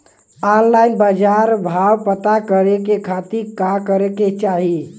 Online बाजार भाव पता करे के खाती का करे के चाही?